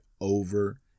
over